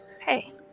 Hey